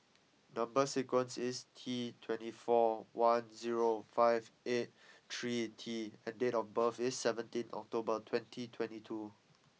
number sequence is T twenty four one zero five eight three T and date of birth is seventeenth October twenty twenty two